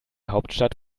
hauptstadt